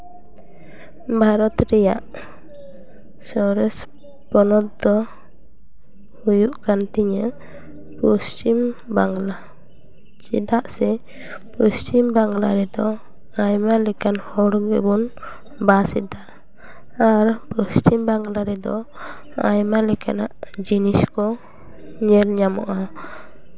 ᱵᱷᱟᱨᱚᱛ ᱨᱮᱭᱟᱜ ᱥᱚᱨᱮᱥ ᱯᱚᱱᱚᱛ ᱫᱚ ᱦᱩᱭᱩᱜ ᱠᱟᱱ ᱛᱤᱧᱟᱹ ᱯᱚᱥᱪᱤᱢ ᱵᱟᱝᱞᱟ ᱪᱮᱫᱟᱜ ᱥᱮ ᱯᱚᱥᱪᱤᱢ ᱵᱟᱝᱞᱟ ᱨᱮᱫᱚ ᱟᱭᱢᱟ ᱞᱮᱠᱟᱱ ᱦᱚᱲ ᱜᱮᱵᱚᱱ ᱵᱟᱥ ᱮᱫᱟ ᱟᱨ ᱯᱚᱥᱪᱤᱢ ᱵᱟᱝᱞᱟ ᱨᱮᱫᱚ ᱟᱭᱢᱟ ᱞᱮᱠᱟᱱᱟᱜ ᱡᱤᱱᱤᱥ ᱠᱚ ᱧᱮᱞ ᱧᱟᱢᱚᱜᱼᱟ